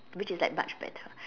which is like much better